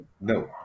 No